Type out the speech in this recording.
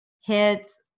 hits